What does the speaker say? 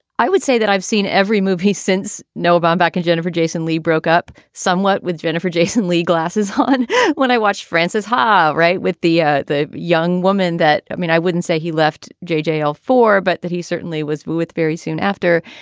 i would say that i've seen every move he's since noah baumbach and jennifer jason leigh broke up somewhat with jennifer jason leigh glasses. but and when i watched frances ha right. with the ah the young woman that i mean, i wouldn't say he left jj all four, but that he certainly was with very soon after.